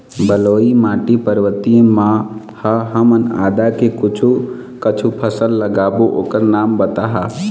बलुई माटी पर्वतीय म ह हमन आदा के कुछू कछु फसल लगाबो ओकर नाम बताहा?